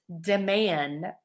demand